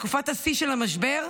בתקופת השיא של המשבר,